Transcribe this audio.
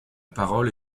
parole